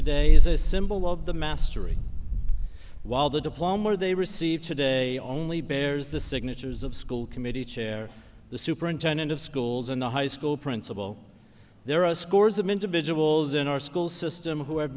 today is a symbol of the mastery while the diploma or they received today only bears the signatures of school committee chair the superintendent of schools and the high school principal there are scores of individuals in our school system who